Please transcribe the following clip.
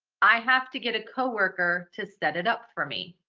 i have to get a coworker to set it up for me.